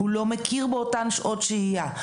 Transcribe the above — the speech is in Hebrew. הוא לא מכיר באותן שעות שהייה.